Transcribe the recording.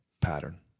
pattern